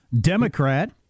Democrat